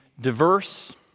diverse